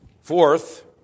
Fourth